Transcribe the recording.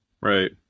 Right